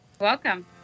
Welcome